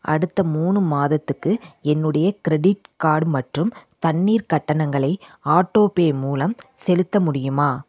அடுத்த மூணு மாதத்துக்கு என்னுடைய க்ரெடிட் கார்ட் மற்றும் தண்ணீர் கட்டணங்களை ஆட்டோபே மூலம் செலுத்த முடியுமா